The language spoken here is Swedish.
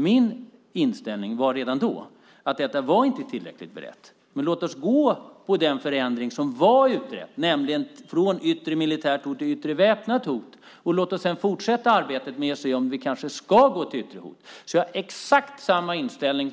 Min inställning var redan då att detta inte var tillräckligt berett, men låt oss gå på den förändring som var utredd, nämligen från yttre militärt hot till yttre väpnat hot. Låt oss sedan fortsätta arbetet med att se om vi kanske ska gå till yttre hot. Jag hade exakt samma inställning